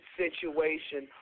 situation